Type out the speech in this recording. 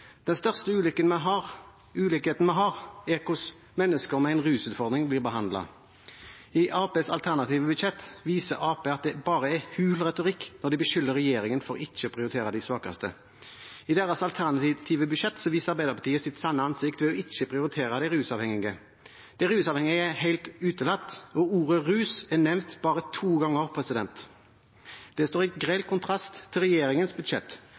Den største ulikheten vi har, gjelder hvordan mennesker med en rusutfordring blir behandlet. I Arbeiderpartiets alternative budsjett viser Arbeiderpartiet at det bare er hul retorikk når de beskylder regjeringen for ikke å prioritere de svakeste. I sitt alternative budsjett viser Arbeiderpartiet sitt sanne ansikt ved ikke å prioritere de rusavhengige. De rusavhengige er helt utelatt, og ordet «rus» er nevnt bare to ganger. Det står i grell kontrast til regjeringens budsjett.